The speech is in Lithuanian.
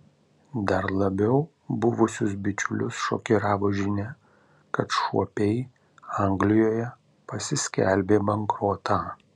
dar labiau buvusius bičiulius šokiravo žinia kad šuopiai anglijoje pasiskelbė bankrotą